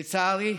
לצערי,